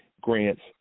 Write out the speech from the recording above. grants